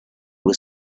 was